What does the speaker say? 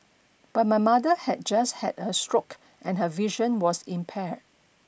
but my mother had just had a stroke and her vision was impaired